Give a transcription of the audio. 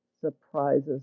surprises